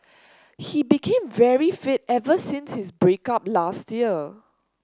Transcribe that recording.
he became very fit ever since his break up last year